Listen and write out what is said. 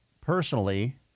personally